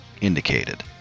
indicated